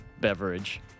beverage